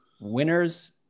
winners